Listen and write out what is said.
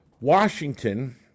Washington